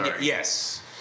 Yes